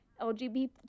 LGBT